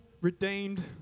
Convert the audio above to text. redeemed